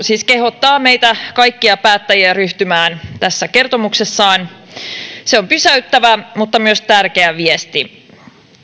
siis kehottaa meitä kaikkia päättäjiä ryhtymään tässä kertomuksessaan se on pysäyttävä mutta myös tärkeä viesti